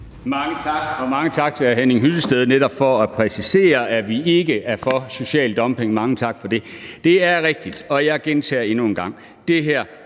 Hansen (KF): Mange tak til hr. Henning Hyllested for netop at præcisere, at vi ikke er for social dumping. Mange tak for det, for det er rigtigt. Og jeg gentager endnu engang,